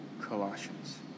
Colossians